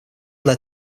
led